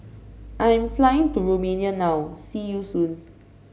I am flying to Romania now see you soon